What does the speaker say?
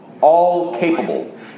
all-capable